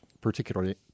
particularly